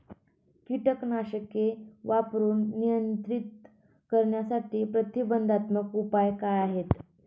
कीटकनाशके वापरून नियंत्रित करण्यासाठी प्रतिबंधात्मक उपाय काय आहेत?